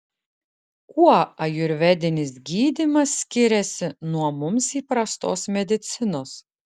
kuo ajurvedinis gydymas skiriasi nuo mums įprastos medicinos